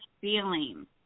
feeling